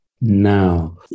now